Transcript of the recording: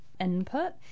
input